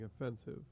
offensive